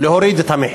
להוריד את המחיר.